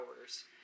hours